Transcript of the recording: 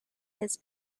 his